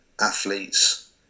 athletes